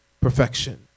perfection